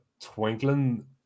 twinkling